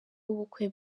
w’ubukwe